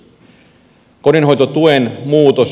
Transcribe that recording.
kotihoidon tuen muutos